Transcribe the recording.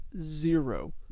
Zero